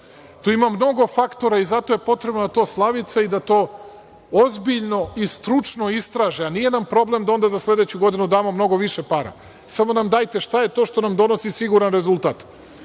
Tu ima mnogo faktora i zato je potrebno da to Slavica i da to ozbiljno i stručno istraže, a nije nam problem onda da za sledeću godinu damo mnogo više para, samo nam dajte šta je to što nam donosi siguran rezultat.